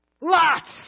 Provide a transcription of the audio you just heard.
Lots